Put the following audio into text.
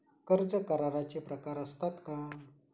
कर्ज कराराचे प्रकार असतात का?